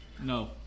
No